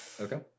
Okay